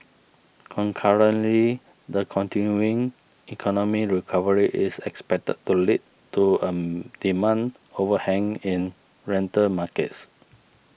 concurrently the continuing economic recovery is expected to lead to a demand overhang in rental markets